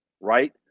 right